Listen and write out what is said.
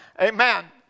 Amen